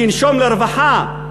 שינשום לרווחה,